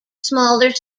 smaller